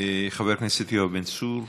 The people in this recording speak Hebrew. חבר הכנסת יואב בן צור,